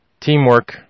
Teamwork